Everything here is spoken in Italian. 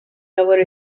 lavoro